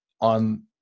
on